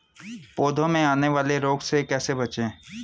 पौधों में आने वाले रोग से कैसे बचें?